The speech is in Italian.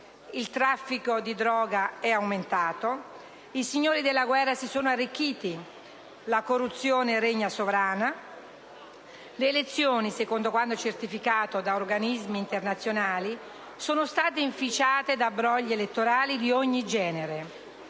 il traffico di droga è aumentato, i signori della guerra si sono arricchiti, la corruzione regna sovrana, le elezioni, secondo quanto certificato da organismi internazionali, sono state inficiate da brogli di ogni genere